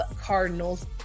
Cardinals